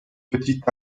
petite